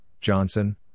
Johnson